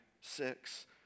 six